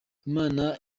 imana